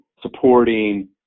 supporting